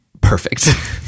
perfect